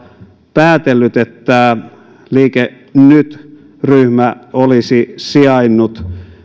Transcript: päätellyt että liike nyt ryhmä olisi sijainnut